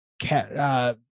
cat